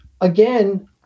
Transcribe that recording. again